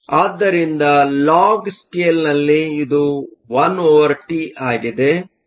ಆದ್ದರಿಂದ ಲಾಗ್ ಸ್ಕೇಲ್ನಲ್ಲಿ ಇದು 1T ಆಗಿದೆ